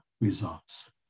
results